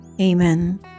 Amen